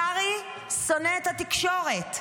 קרעי שונא את התקשורת.